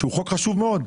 חוק חשוב מאוד,